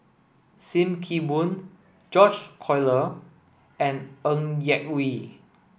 Sim Kee Boon George Collyer and Ng Yak Whee